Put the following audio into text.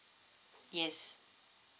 yes